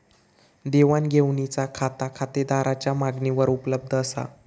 देवाण घेवाणीचा खाता खातेदाराच्या मागणीवर उपलब्ध असा